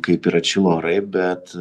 kaip ir atšilo orai bet